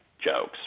Jokes